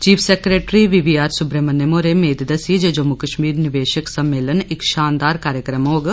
chief secretary B V R Subrahmanyam होरें मेद दस्सी जे जम्मू कश्मीर निवेशक सम्मेलन इक शानदार कार्यक्रम होग